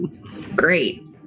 Great